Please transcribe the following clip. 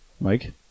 mike